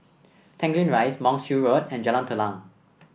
Tanglin Rise Monk's Hill Road and Jalan Telang